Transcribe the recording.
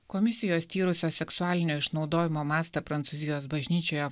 komisijos tyrusios seksualinio išnaudojimo mastą prancūzijos bažnyčioje